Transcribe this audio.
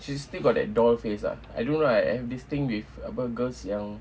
she still got that doll face ah I don't know ah I have this thing with uh apa girls yang